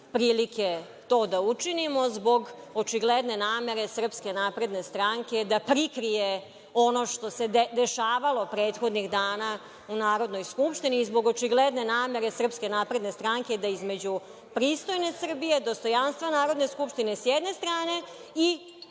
prilike to da učinimo zbog očigledne namere SNS da prikrije ono što se dešavalo prethodnih dana u Narodnoj skupštini i zbog očigledne namere SNS da između pristojne Srbije, dostojanstva Narodne skupštine, s jedne strane, i